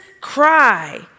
cry